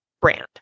brand